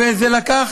וזה לקח